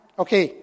okay